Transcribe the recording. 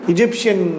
Egyptian